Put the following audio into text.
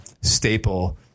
staple